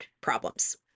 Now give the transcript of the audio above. problems